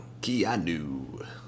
Keanu